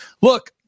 look